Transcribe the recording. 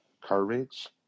courage